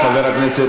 חבר הכנסת,